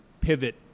pivot